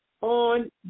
on